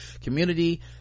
community